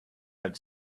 had